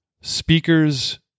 speakers